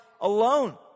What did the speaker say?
alone